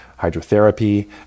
hydrotherapy